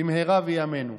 במהרה בימינו.